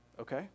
okay